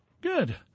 Good